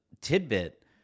tidbit